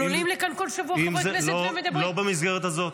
אבל עולים לכאן כל שבוע חברי כנסת ומדברים -- לא במסגרת הזאת.